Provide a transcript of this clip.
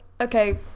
okay